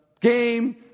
Game